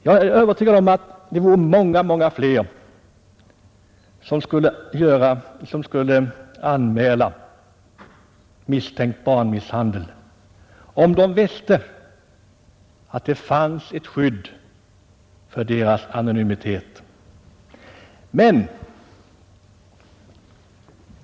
Jag är övertygad om att många, många flera skulle anmäla misstänkt barnmisshandel om de visste att det fanns ett skydd för deras anonymitet.